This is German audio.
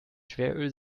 schweröl